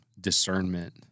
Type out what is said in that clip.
discernment